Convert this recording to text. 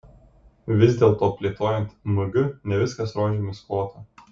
vis dėlto plėtojant mg ne viskas rožėmis klota